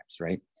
right